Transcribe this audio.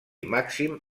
màxim